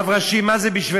רב ראשי, מה זה בשבילם?